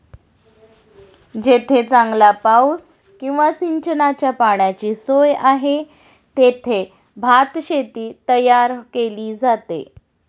जेथे चांगला पाऊस किंवा सिंचनाच्या पाण्याची सोय आहे, तेथे भातशेती तयार केली जाते